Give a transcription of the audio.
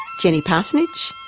jenny parsonage.